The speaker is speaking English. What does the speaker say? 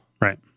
Right